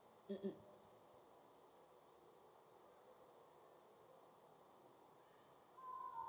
um um